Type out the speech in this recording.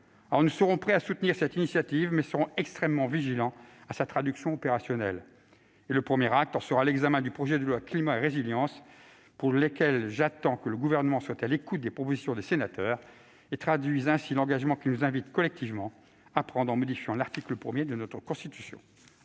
Nous serons prêts à soutenir cette initiative, mais nous demeurerons extrêmement vigilants à sa traduction opérationnelle. Le premier acte sera l'examen du projet de loi Climat et résilience, à l'occasion duquel j'attends que le Gouvernement soit à l'écoute des propositions des sénateurs et traduise l'engagement qu'il nous invite collectivement à prendre : modifier l'article 1 de notre Constitution.